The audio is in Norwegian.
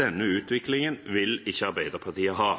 Denne utviklingen vil ikke Arbeiderpartiet ha.